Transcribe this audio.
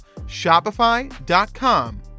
shopify.com